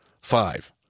five